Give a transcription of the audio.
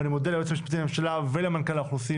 ואני מודה ליועץ המשפטי לממשלה ולמנכ"ל האוכלוסין